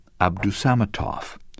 Abdusamatov